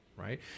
Right